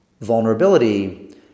vulnerability